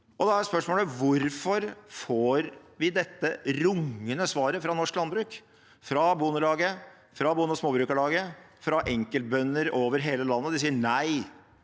Hvorfor får vi dette rungende svaret fra norsk landbruk, fra Bondelaget, fra Bonde- og Småbrukarlaget, fra enkeltbønder over hele landet? De sier: Nei,